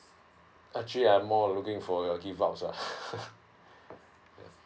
actually I'm more looking for your give out lah